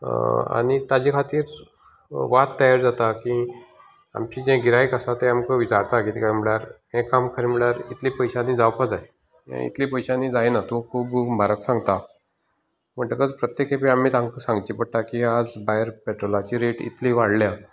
आनी तेच्या खातीर वाद तयार जाता की आमचे जें गिरायक आसा तें आमकां विचारता कितें काय म्हटल्यार हें काम खरें म्हटल्यार इतल्या पयशांनी जावपा जाय हें इतलें पयशांनी जायना तूं खूब म्हारग सांगता म्हणटकच प्रत्येक खेपे आमी तांकां सांगचें पडटा आयज भायर पेट्रोलाची रेट इतली वाडल्या